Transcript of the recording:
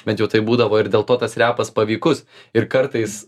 bent jau taip būdavo ir dėl to tas repas paveikus ir kartais